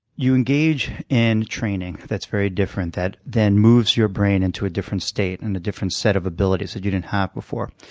you engage in training that's very different that then moves your brain into a different state and a different set of abilities that you didn't have before.